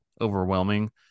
overwhelming